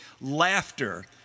laughter